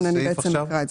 נכון, אני בעצם אקרא את זה.